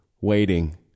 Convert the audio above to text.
waiting